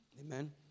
Amen